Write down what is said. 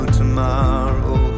tomorrow